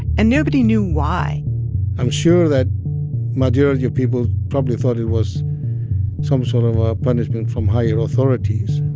and nobody knew why i'm sure that majority of people probably thought it was some sort of a punishment from higher authorities.